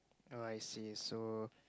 oh I see so